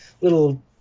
little